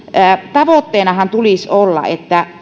tavoitteenahan tulisi olla että